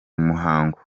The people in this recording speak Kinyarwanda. muhango